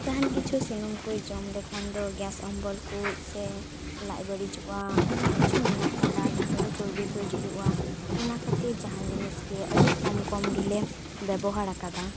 ᱡᱟᱦᱟᱸᱱ ᱠᱤᱪᱷᱩ ᱥᱩᱱᱩᱢ ᱠᱩᱡ ᱡᱚᱢ ᱞᱮᱠᱷᱮᱡ ᱫᱚ ᱜᱮᱥ ᱚᱢᱵᱚᱞ ᱠᱩᱪ ᱥᱮ ᱞᱟᱡᱽ ᱵᱟᱹᱲᱤᱡᱚᱜᱼᱟ ᱟᱭᱢᱟ ᱠᱤᱪᱷᱩ ᱢᱮᱱᱟᱜ ᱟᱠᱟᱫᱟ ᱡᱟᱦᱟᱸ ᱠᱚᱫᱚ ᱪᱩᱨᱵᱤ ᱠᱚ ᱰᱷᱮᱨᱳᱜᱼᱟ ᱚᱱᱟ ᱠᱷᱟᱹᱛᱤᱨ ᱡᱟᱦᱟᱸ ᱡᱤᱱᱤᱥ ᱜᱮ ᱠᱚᱢ ᱠᱚᱢ ᱜᱮᱞᱮ ᱵᱮᱵᱚᱦᱟᱨ ᱟᱠᱟᱫᱟ